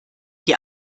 die